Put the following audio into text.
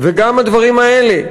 וגם הדברים האלה